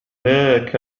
ذاك